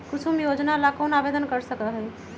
कुसुम योजना ला कौन आवेदन कर सका हई?